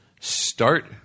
start